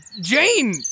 Jane